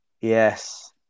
Yes